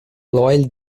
loyal